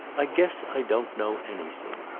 i guess i don't know anything!